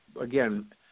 again